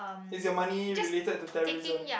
is your money related to terrorism